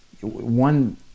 one